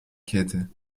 kette